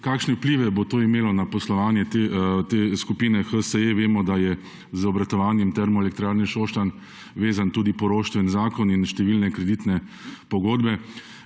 Kakšne vplive bo to imelo na poslovanje te skupine HSE? Vemo, da je z obratovanjem Termoelektrarne Šoštanj vezan tudi poroštveni zakon in številne kreditne pogodbe.